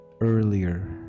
earlier